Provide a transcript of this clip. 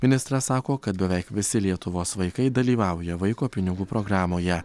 ministras sako kad beveik visi lietuvos vaikai dalyvauja vaiko pinigų programoje